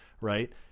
right